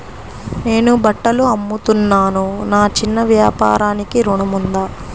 నేను బట్టలు అమ్ముతున్నాను, నా చిన్న వ్యాపారానికి ఋణం ఉందా?